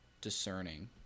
discerning